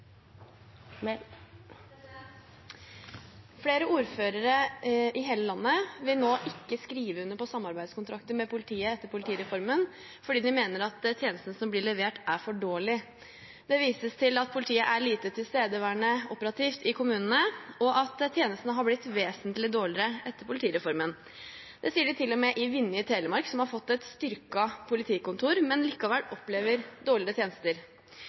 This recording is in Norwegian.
partiene. Flere ordførere i hele landet vil nå ikke skrive under på samarbeidskontrakter med politiet etter politireformen fordi de mener at tjenesten som blir levert, er for dårlig. Det vises til at politiet er lite tilstedeværende operativt i kommunene, og at tjenestene har blitt vesentlig dårligere etter politireformen. Det sier de til og med i Vinje i Telemark, som har fått et styrket politikontor, men likevel opplever dårligere tjenester.